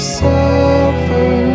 suffer